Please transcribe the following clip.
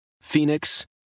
Phoenix